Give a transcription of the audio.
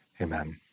amen